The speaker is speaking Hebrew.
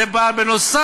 זה בא בנוסף